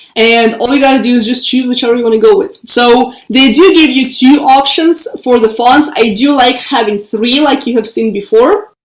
and all you got to do is just choose whichever you want to go with. so they do give you two options for the fonts. i do like having three like you have seen before.